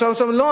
משרד האוצר: לא,